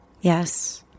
Yes